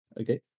Okay